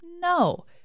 No